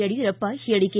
ಯಡಿಯೂರಪ್ಪ ಹೇಳಿಕೆ